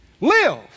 Live